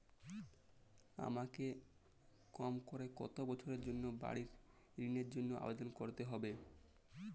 আমাকে কম করে কতো বছরের জন্য বাড়ীর ঋণের জন্য আবেদন করতে হবে?